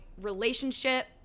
relationship